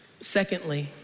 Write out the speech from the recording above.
Secondly